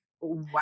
wow